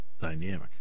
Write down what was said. Dynamic